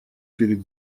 перед